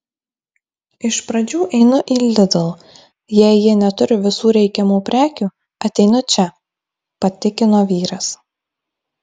iš pradžių einu į lidl jei jie neturi visų reikiamų prekių ateinu čia patikino vyras